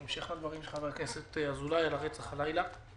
בהמשך לדברים של חבר הכנסת אזולאי, על הרצח הלילה.